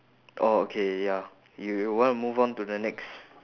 oh okay ya you you want to move on to the next